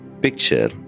picture